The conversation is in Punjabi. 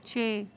ਛੇ